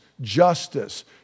justice